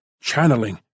channeling